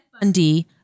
Bundy